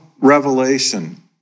revelation